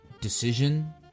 decision